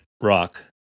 Rock